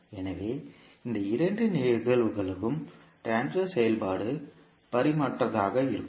எனவே இந்த இரண்டு நிகழ்வுகளுக்கும் ட்ரான்ஸ்பர் செயல்பாடு பரிமாணமற்றதாக இருக்கும்